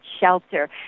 shelter